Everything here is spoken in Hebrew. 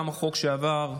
גם החוק שעבר,